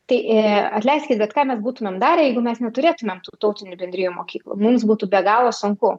tai atleiskit bet ką mes būtumėm darę jeigu mes neturėtumėm tų tautinių bendrijų mokyklų mums būtų be galo sunku